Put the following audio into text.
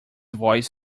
voice